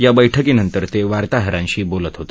या बैठकीनंतर ते वार्ताहरांशी बोलत होते